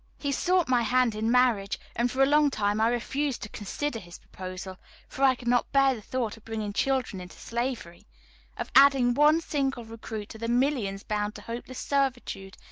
he sought my hand in marriage, and for a long time i refused to consider his proposal for i could not bear the thought of bringing children into slavery of adding one single recruit to the millions bound to hopeless servitude,